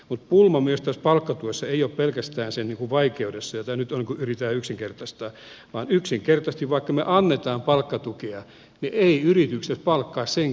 mutta pulma myös tässä palkkatuessa ei ole pelkästään sen vaikeudessa jota nyt yritetään yksinkertaistaa vaan yksinkertaisesti siinä että vaikka me annamme palkkatukea eivät yritykset palkkaa senkään jälkeen sillä tuella